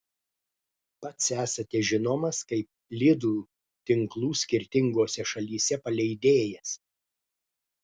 pats esate žinomas kaip lidl tinklų skirtingose šalyse paleidėjas